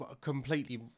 completely